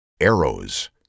arrows